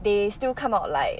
they still come out like